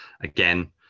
again